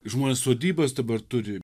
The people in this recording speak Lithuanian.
žmonės sodybas dabar turi